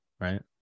right